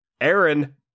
Aaron